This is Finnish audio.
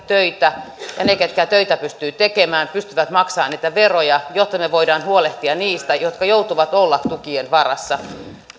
töitä ja ne ketkä töitä pystyvät tekemään pystyvät maksamaan veroja jotta me voimme huolehtia niistä jotka joutuvat olemaan tukien varassa